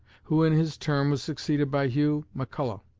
who in his turn was succeeded by hugh mcculloch.